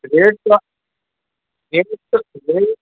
rate کا rate rate